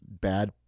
Bad